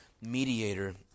mediator